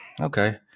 okay